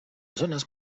zones